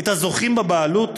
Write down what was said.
את הזוכים בבעלות?